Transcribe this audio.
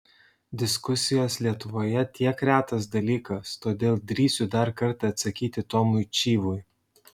diskusijos lietuvoje tiek retas dalykas todėl drįsiu dar kartą atsakyti tomui čyvui